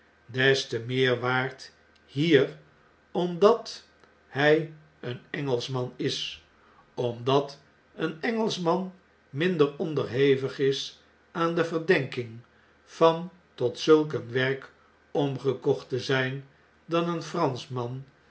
hjj een engelschman is omdat een engelschman minder onderhevig is aan de verdenking van tot zulk een werk omgekocht te zjjn dan een franschman